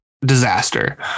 disaster